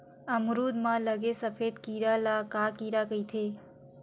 अमरूद म लगे सफेद कीरा ल का कीरा कइथे?